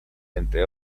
entre